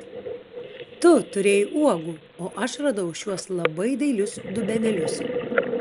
tu turėjai uogų o aš radau šiuos labai dailius dubenėlius